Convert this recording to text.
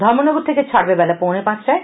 ধর্মনগর থেকে ছাড়বে বেলা পৌনে পাঁচটায়